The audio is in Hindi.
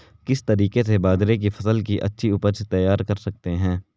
किस तरीके से बाजरे की फसल की अच्छी उपज तैयार कर सकते हैं?